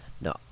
no